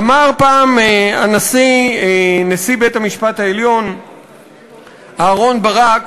אמר פעם נשיא בית-המשפט העליון אהרן ברק